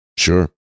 Sure